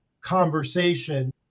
conversation